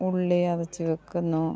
ഉള്ളി ചതച്ച് വെക്കുന്നു